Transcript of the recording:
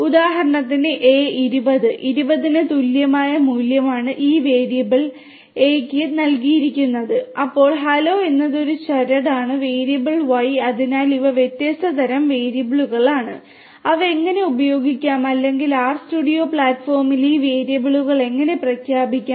ഉദാഹരണത്തിന് A 20 20 ന് തുല്യമായ മൂല്യമാണ് ഈ വേരിയബിൾ A യ്ക്ക് നൽകിയിരിക്കുന്നത് അപ്പോൾ ഹലോ എന്നത് ഒരു ചരട് ആണ് വേരിയബിൾ വൈ അതിനാൽ ഇവ വ്യത്യസ്ത തരം വേരിയബിളുകളാണ് അവ എങ്ങനെ ഉപയോഗിക്കാം അല്ലെങ്കിൽ ആർസ്റ്റുഡിയോ പ്ലാറ്റ്ഫോമിൽ ഈ വേരിയബിളുകൾ എങ്ങനെ പ്രഖ്യാപിക്കാം